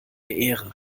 ehre